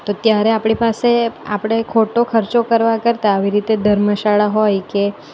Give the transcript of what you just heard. તો ત્યારે આપણી પાસે આપણે ખોટો ખર્ચો કરવા કરતાં આવી રીતે ધર્મશાળા હોય કે